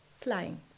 flying